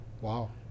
Wow